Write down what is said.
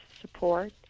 support